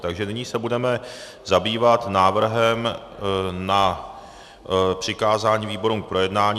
Takže nyní se budeme zabývat návrhem na přikázání výborům k projednání.